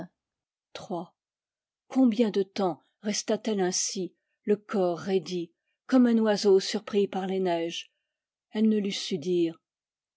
iii combien de temps resta t elle ainsi le corps raidi comme un oiseau surpris par les neiges elle ne l'eût su dire